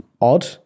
Odd